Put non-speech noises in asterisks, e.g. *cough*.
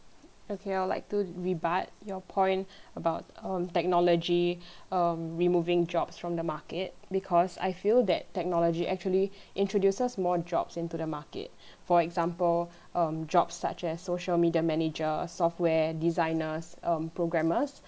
okay I'll like to rebut your point *breath* about um technology *breath* um removing jobs from the market because I feel that technology actually introduces more jobs into the market *breath* for example *breath* um jobs such as social media manager software designers um programmers